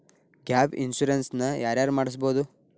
Gap insurance ನ ಯಾರ್ ಯಾರ್ ಮಡ್ಸ್ಬೊದು?